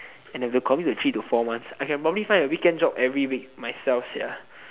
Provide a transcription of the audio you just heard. and the have to commit to three to four months I can probably find a weekend job outside myself sia